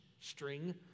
string